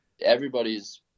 everybody's